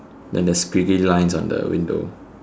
then there's squiggly lines on the window